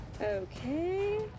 Okay